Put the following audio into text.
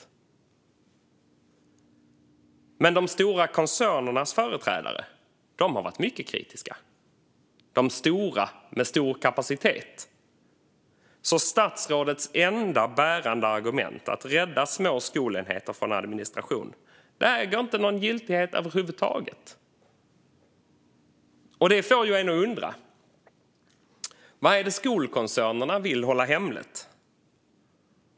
Men företrädare för de stora koncernerna, med stor kapacitet, har varit mycket kritiska. Statsrådets enda bärande argument, att rädda små skolenheter från administration, äger alltså inte någon giltighet över huvud taget. Detta får en att undra: Vad är det skolkoncernerna vill hålla hemligt?